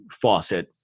faucet